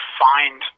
find